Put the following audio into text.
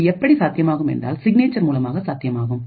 இது எப்படி சாத்தியமாகும் என்றால் சிக்னேச்சர் மூலமாக சாத்தியமாகும்